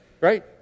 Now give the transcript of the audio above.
Right